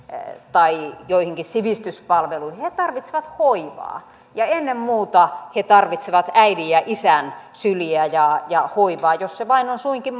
tai joihinkin sivistyspalveluihin he tarvitsevat hoivaa ja ennen muuta he tarvitsevat äidin ja isän syliä ja ja hoivaa jos se vain on suinkin